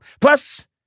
Plus